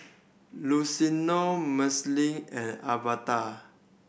Luciano Marceline and Alverda